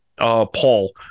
Paul